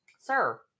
Sir